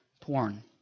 porn